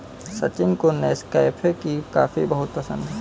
सचिन को नेस्कैफे की कॉफी बहुत पसंद है